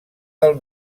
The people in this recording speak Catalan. del